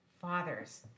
fathers